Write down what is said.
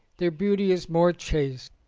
their beauty is more chaste.